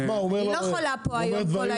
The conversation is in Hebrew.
אני לא יכולה פה היום כל היום.